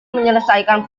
menyelesaikan